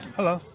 Hello